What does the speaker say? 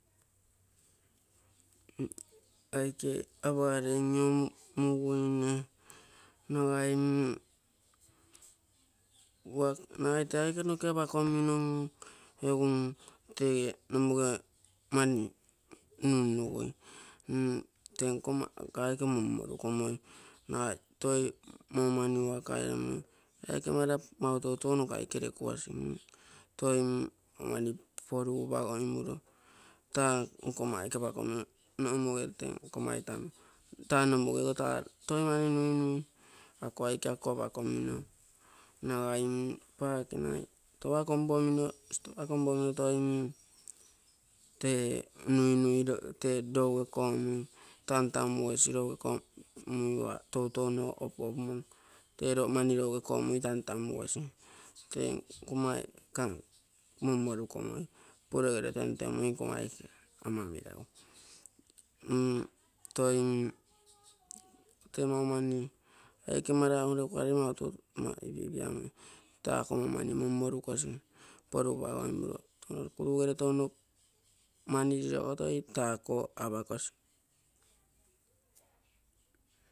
Aike apagarei in-iomuguine agai tee aike noke apakomino mu egu tee nomoge mani nunnugui. Tee nkomma aike mommorukomoi nagai toi maumani waka eromino ee aike mara mautoutou nokaike lekuoginu. Toi mani porugupagamuro taa nkomma aike apakomino tee nomoge tee nkomma itammo, ta nomogego ta toi mani ako aike apakomino. Nagai mm pake nagai stoua kompomoni, stoua kompomino, toi tee louge komui tantomugosi louge komui toutou opuopamon tee mani louge komui tantamugosi. Tee nkomma monmorukomoi, te puregere tentemumoi tee nkomma aike ama merogu mm toi mm tee maumani ee aike marago lekuarei ama ipi ipiamui taako maumani monmorukosi porugupa goimuro touno sikuru gere touno mani lirogo toi taa ako apakosi.